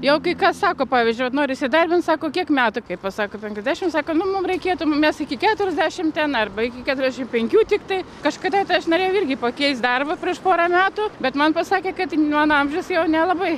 jau kai kas sako pavyzdžiui vat nori įsidarbint sako kiek metų kai pasako penkiasdešimt sako nu mum reikėtų mes iki keturiasdešimt ten arba iki keturiasdešimt penkių tiktai kažkada aš norėjau irgi pakeist darbą prieš porą metų bet man pasakė kad mano amžius jau nelabai